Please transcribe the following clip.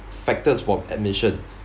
factors for admission